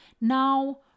Now